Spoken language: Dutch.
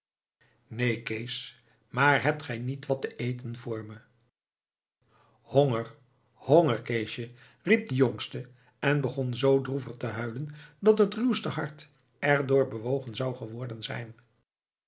neen kees maar hebt gij niet wat te eten voor me honger honger keesje riep de jongste en begon zoo droevig te huilen dat het ruwste hart er door bewogen zou geworden zijn